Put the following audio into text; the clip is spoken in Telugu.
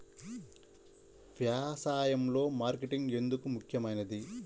వ్యసాయంలో మార్కెటింగ్ ఎందుకు ముఖ్యమైనది?